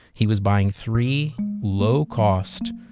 he was buying three low-cost,